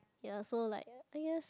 ya so like I guess